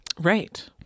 Right